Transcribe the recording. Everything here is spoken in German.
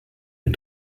den